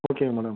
ஓகேங்க மேடம்